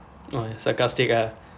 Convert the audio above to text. oh ya sarcastic ah